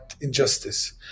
injustice